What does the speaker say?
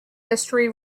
history